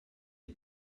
est